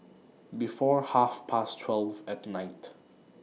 before Half Past twelve At Night